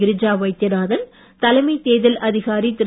கிரிஜா வைத்தியநாதன் தலைமை தேர்தல் அதிகாரி திரு